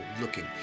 looking